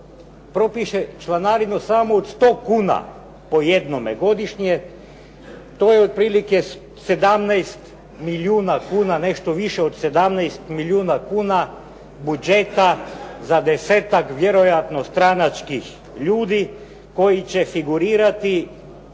propiše članarinu samo od 100 kuna po jednome godišnje to je otprilike 17 milijuna kuna, nešto više od 17 milijuna kuna budžeta za desetak vjerojatno stranačkih ljudi koji će figurirati